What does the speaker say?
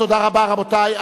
תודה רבה, רבותי.